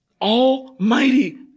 almighty